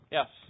Yes